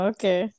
Okay